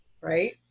right